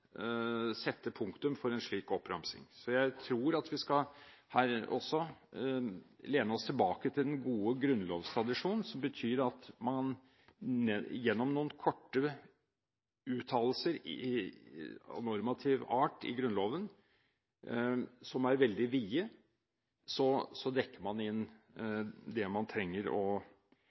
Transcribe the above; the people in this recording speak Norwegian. sette punktum for en slik oppramsing? Jeg tror at vi også her skal lene oss tilbake til den gode grunnlovstradisjonen, som betyr at man gjennom noen korte, veldig vide, uttalelser av normativ art i Grunnloven dekker det man trenger